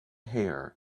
hair